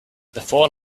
before